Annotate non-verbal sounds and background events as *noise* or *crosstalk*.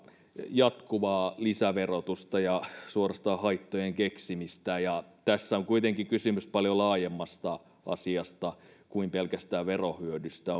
jatkuvaa lisäverotusta ja suorastaan haittojen keksimistä tässä on kuitenkin kysymys paljon laajemmasta asiasta kuin pelkästään verohyödystä *unintelligible*